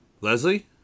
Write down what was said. Leslie